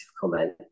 comment